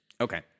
Okay